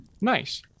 Nice